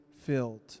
filled